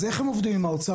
אז איך הם עובדים עם האוצר?